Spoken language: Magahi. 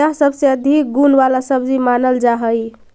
यह सबसे अधिक गुण वाला सब्जी मानल जा हई